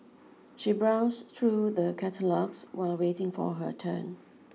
she browsed through the catalogues while waiting for her turn